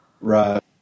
Right